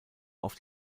auf